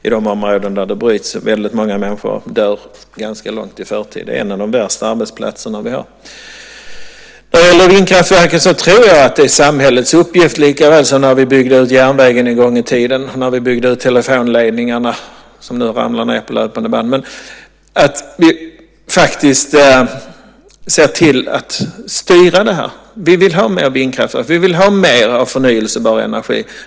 I de områden där den bryts dör väldigt många människor ganska långt i förtid. Det är en av de värsta arbetsplatserna vi har. När det gäller utbyggnaden av vindkraftverken är det samhällets uppgift lika väl som när vi en gång i tiden byggde ut järnvägen och telefonledningarna, som nu ramlar ned på löpande band. Vi måste se till att styra det. Vi vill ha mer vindkraftverk och mer förnybar energi.